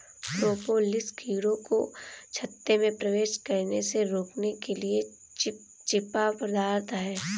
propolis कीड़ों को छत्ते में प्रवेश करने से रोकने के लिए चिपचिपा पदार्थ है